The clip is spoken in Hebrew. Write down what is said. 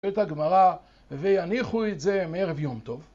את הגמרה ויניחו את זה מערב יום טוב.